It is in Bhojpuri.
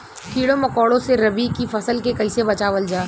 कीड़ों मकोड़ों से रबी की फसल के कइसे बचावल जा?